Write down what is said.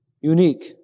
unique